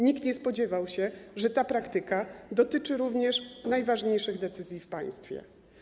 Nikt nie spodziewał się, że ta praktyka dotyczy również najważniejszych decyzji w państwie.